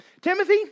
Timothy